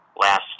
last